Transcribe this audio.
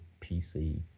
PC